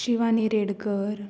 Shivani Redkar